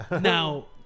Now